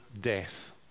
death